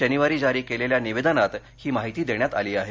शनिवारी जारी केलेल्या निवेदनात ही माहिती देण्यात आली आहे